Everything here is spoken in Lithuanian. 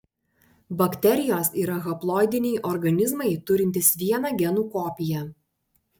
bakterijos yra haploidiniai organizmai turintys vieną genų kopiją